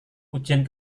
ujian